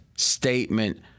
statement